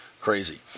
Crazy